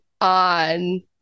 on